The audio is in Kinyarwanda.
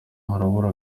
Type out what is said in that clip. harabura